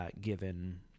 given